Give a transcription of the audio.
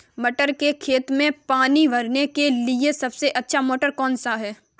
मटर के खेत में पानी भरने के लिए सबसे अच्छा मोटर कौन सा है?